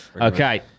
Okay